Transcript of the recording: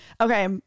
Okay